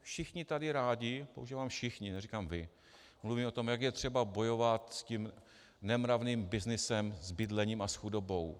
Všichni tady rádi používám všichni, neříkám vy mluvíme o tom, jak je třeba bojovat s tím nemravným byznysem s bydlením a s chudobou.